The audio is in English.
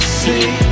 see